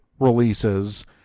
releases